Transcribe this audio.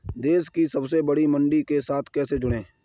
देश की सबसे बड़ी मंडी के साथ कैसे जुड़ें?